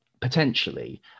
potentially